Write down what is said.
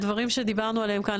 הדברים שדיברנו עליהם כאן,